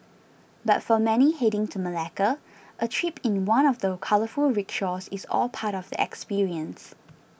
but for many heading to Malacca a trip in one of the colourful rickshaws is all part of the experience